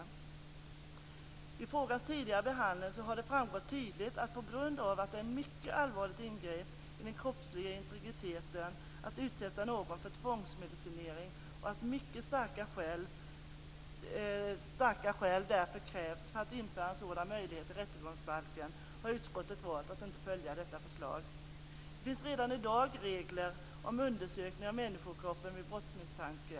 Vid frågans tidigare behandling har det tydligt framgått att det är ett mycket allvarligt ingrepp i den kroppsliga integriteten att utsätta någon för tvångsmedicinering och att mycket starka skäl därför krävs för att införa en sådan möjlighet i rättegångsbalken. Därför har utskottet valt att inte följa detta förslag. Det finns redan i dag regler för undersökning av människokroppen vid brottsmisstanke.